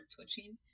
twitching